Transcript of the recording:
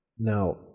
now